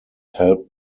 helped